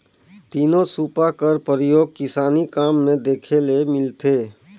तीनो सूपा कर परियोग किसानी काम मे देखे ले मिलथे